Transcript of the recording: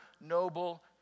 noble